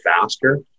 faster